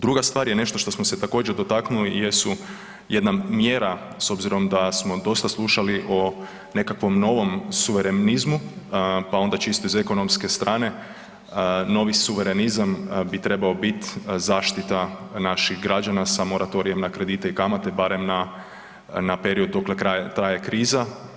Druga stvar je nešto što smo se također, dotaknuli jesu, jedna mjera s obzirom da smo dosta slušali o nekakvom novom suverenizmu pa onda čisto iz ekonomke strane, novi suverenizam bi trebao biti zaštita naših građana sa moratorijem na kredite i kamate barem na period dokle traje kriza.